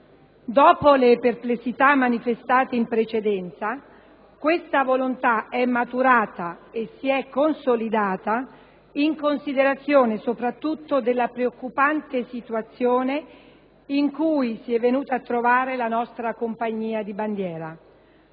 Dopo le perplessità manifestate in precedenza, questa volontà è maturata e si è consolidata in considerazione soprattutto della preoccupante situazione in cui si è venuta a trovare la nostra compagnia di bandiera.